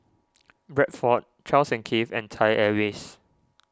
Bradford Charles and Keith and Thai Airways